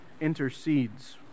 intercedes